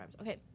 okay